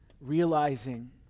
realizing